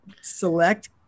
select